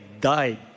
died